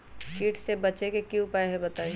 कीट से बचे के की उपाय हैं बताई?